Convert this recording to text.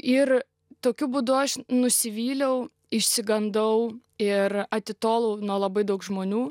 ir tokiu būdu aš nusivyliau išsigandau ir atitolau nuo labai daug žmonių